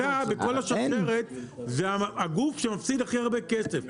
המשחטה בכל השרשרת זה הגוף שמפסיד הכי הרבה כסף.